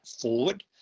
forward